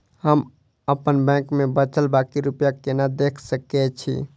हम अप्पन बैंक मे बचल बाकी रुपया केना देख सकय छी?